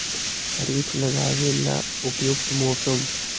खरिफ लगाबे ला उपयुकत मौसम?